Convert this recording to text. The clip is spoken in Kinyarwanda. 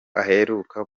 aheruka